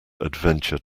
adventure